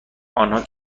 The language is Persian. آنها